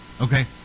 Okay